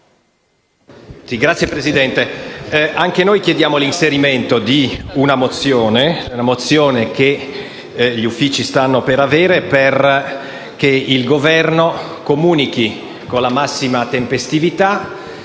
Signor Presidente, anche noi chiediamo l’inseri- mento di una mozione, che gli uffici stanno per ricevere, affinché il Governo comunichi con la massima tempestività